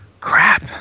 crap